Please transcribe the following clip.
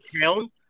town